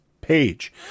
page